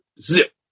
zip